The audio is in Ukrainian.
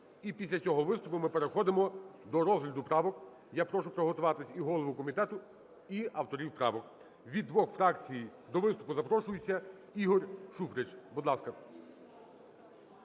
І після цього виступу ми переходимо до розгляду правок. Я прошу приготуватися і голову комітету, і авторів правок. Від двох фракцій до виступу запрошується Ігор Шуфрич. Будь ласка.